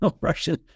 Russian